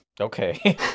okay